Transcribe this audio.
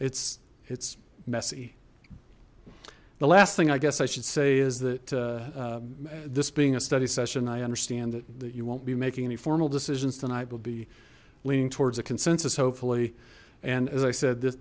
it's it's messy the last thing i guess i should say is that this being a study session i understand that you won't be making any formal decisions tonight will be leaning towards a consensus hopefully and as i said th